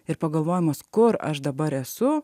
ir pagalvojimas kur aš dabar esu